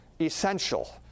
essential